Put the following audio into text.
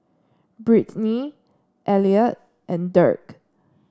Brittnie Elliott and Dirk